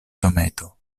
dometo